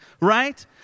right